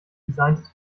designtes